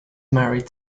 married